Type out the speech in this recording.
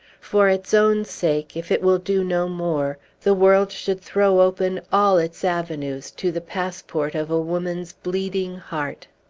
for its own sake, if it will do no more, the world should throw open all its avenues to the passport of a woman's bleeding heart.